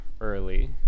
early